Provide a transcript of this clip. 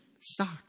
Socks